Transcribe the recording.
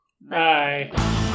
bye